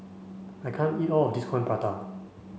I can't eat all of this Coin Prata